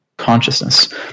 Consciousness